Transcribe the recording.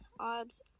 obs